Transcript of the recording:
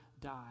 die